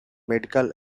medical